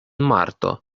marto